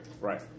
right